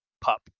pup